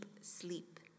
sleep